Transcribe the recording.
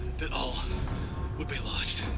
that all would be lost.